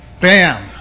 Bam